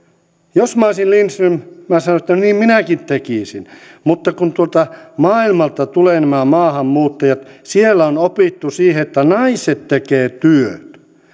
jos minä olisin lindström minä sanoisin että niin minäkin tekisin mutta kun tuolta maailmalta tulevat nämä maahanmuuttajat ja siellä on opittu siihen että naiset tekevät työt niin